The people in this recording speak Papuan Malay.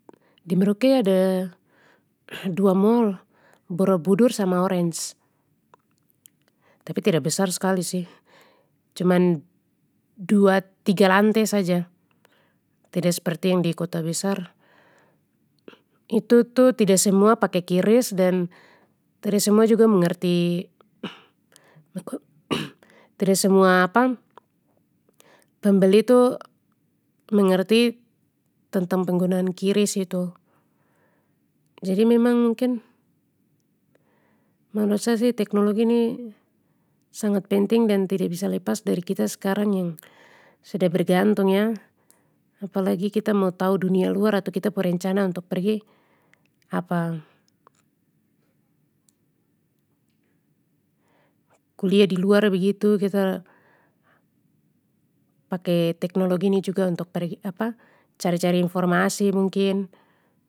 Di merauke ada dua mol, borobudur sama orange, tapi tida besar skali sih cuman dua tiga lantai saja tida sperti yang di kota besar. Itu tu tida semua pake qris dan tida semua juga mengerti tida semua pembeli tu, mengerti tentang penggunaan qris itu, jadi memang mungkin menurut sa sih teknologi ini sangat penting dan tidak bisa lepas dari kita skarang yang sudah bergantung ya, apalagi kita mau tahu dunia luar atau kita pu rencana untuk pergi kuliah di luar begitu kita, pake teknologi ni juga untuk pergi cari cari informasi mungkin.